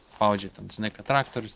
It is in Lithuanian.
spaudžia ten žinai kad traktorius